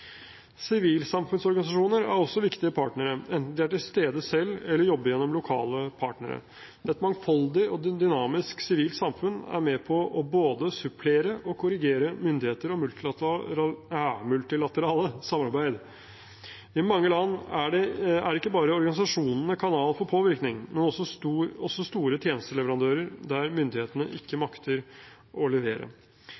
Sivilsamfunnsorganisasjoner er også viktige partnere – enten de er til stede selv eller jobber gjennom lokale partnere. Et mangfoldig og dynamisk sivilt samfunn er med på både å supplere og korrigere myndigheter og multilaterale samarbeid. I mange land er ikke bare organisasjonene kanal for påvirkning, men også store tjenesteleverandører der myndighetene ikke